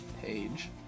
page